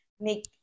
make